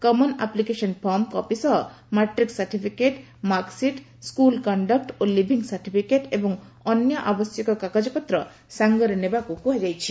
common application form CAF copy ସହ matric certificate marksheet school କଶ୍ତକ୍ ଓ ଲିଭିଙ୍ଗ ସାର୍ଟିଫିକେଟ୍ ଏବଂ ଅନ୍ୟ ଆବଶ୍ୟକ କାଗଜପତ୍ର ସାଙ୍ଗରେ ନେବାକୁ କୁହାଯାଇଛି